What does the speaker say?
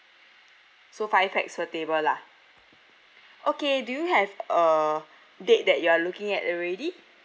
so five pax per table lah okay do you have uh date that you are looking at already